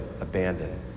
abandoned